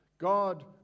God